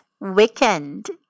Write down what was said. weekend